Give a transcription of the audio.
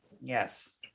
Yes